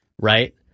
right